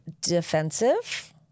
defensive